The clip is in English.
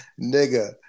Nigga